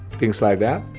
things like that,